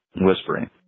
whispering